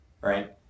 right